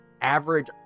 average